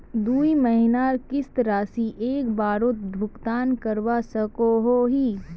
दुई महीनार किस्त राशि एक बारोत भुगतान करवा सकोहो ही?